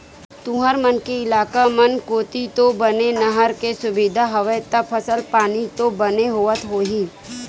तुंहर मन के इलाका मन कोती तो बने नहर के सुबिधा हवय ता फसल पानी तो बने होवत होही?